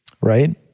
right